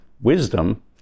wisdom